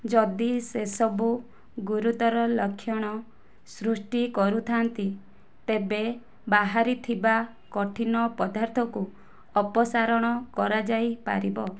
ଯଦି ସେସବୁ ଗୁରୁତର ଲକ୍ଷଣ ସୃଷ୍ଟି କରୁଥାନ୍ତି ତେବେ ବାହାରିଥିବା କଠିନ ପଦାର୍ଥକୁ ଅପସାରଣ କରାଯାଇପାରିବ